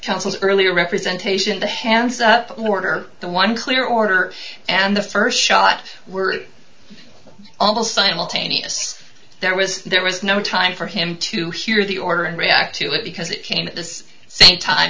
council's earlier representation the hands up order the one clear order and the st shot were almost simultaneous there was there was no time for him to hear the order and react to it because it came at this same time